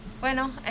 Bueno